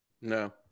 No